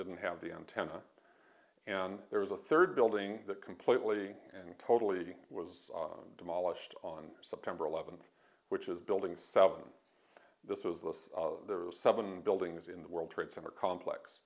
didn't have the antenna and there was a third building that completely and totally was demolished on september eleventh which is building seven this was this there are seven buildings in the world trade center complex